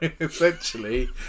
Essentially